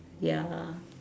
ya